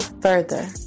further